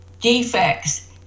defects